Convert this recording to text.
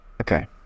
Okay